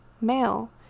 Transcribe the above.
male